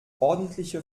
ordentliche